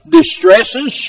distresses